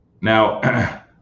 Now